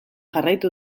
jarraitu